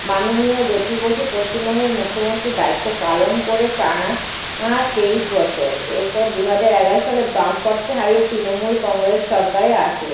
মাননীয় জ্যোতি বসু পশ্চিমবঙ্গের মুখ্যমন্ত্রীর দায়িত্ব পালন করে টানা তেইশ বছর এর পর দু হাজার এগারো সালে বামফ্রন্টকে হারিয়ে তৃণমূল কংগ্রেস সরকারে আসে